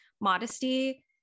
modesty